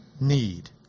need